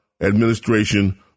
administration